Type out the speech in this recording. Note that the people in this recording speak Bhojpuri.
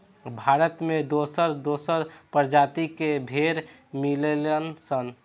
भारत में दोसर दोसर प्रजाति के भेड़ मिलेलन सन